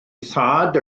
thad